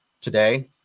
today